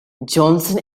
johnson